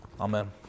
amen